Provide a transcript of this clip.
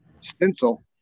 stencil